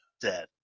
dead